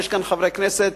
ויש כאן חברי כנסת,